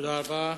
תודה רבה.